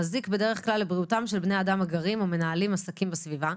מזיק בדרך כלל לבריאותם של בני אדם הגרים או מנהלים עסקים בסביבה.